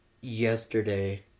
yesterday